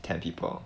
ten people